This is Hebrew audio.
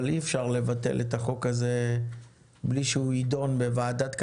אבל אי אפשר לבטל את החוק הזה בלי שהוא יידון בוועדת כלכלה.